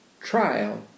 trial